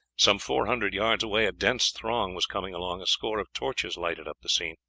some four hundred yards away a dense throng was coming along a score of torches lighted up the scene.